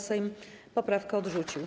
Sejm poprawkę odrzucił.